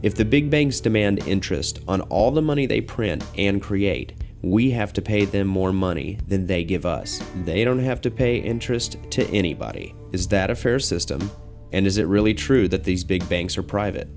if the big banks demand interest on all the money they print and create we have to pay them more money than they give us they don't have to pay interest to anybody is that a fair system and is it really true that these big banks are private